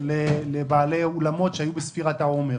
לבעלי אולמות שהיו בספירת העומר.